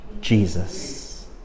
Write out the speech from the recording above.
Jesus